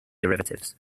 derivatives